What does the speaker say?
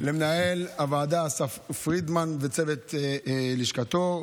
למנהל הוועדה אסף פרידמן וצוות לשכתו,